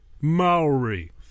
Maori